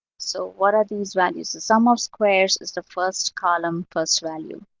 so what are these values? the sum of squares is the first column plus value,